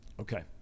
okay